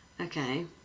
Okay